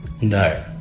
No